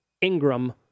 Ingram